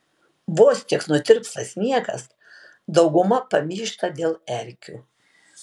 vos tik nutirpsta sniegas dauguma pamyšta dėl erkių